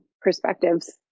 perspectives